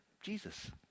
Jesus